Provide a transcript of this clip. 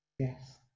Yes